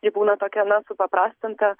ji būna tokia na supaprastinta